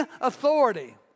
authority